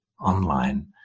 online